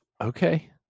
Okay